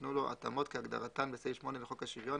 שיינתנו לו התאמות כהגדרתן בסעיף 8 לחוק השוויון,